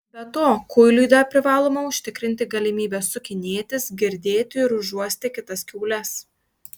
be to kuiliui dar privaloma užtikrinti galimybę sukinėtis girdėti ir užuosti kitas kiaules